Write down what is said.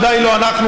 ודאי לא אנחנו,